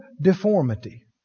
deformity